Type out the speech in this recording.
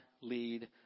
lead